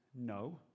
no